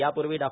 यापूर्वा डॉ